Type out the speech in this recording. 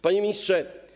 Panie Ministrze!